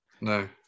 No